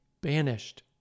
banished